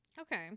Okay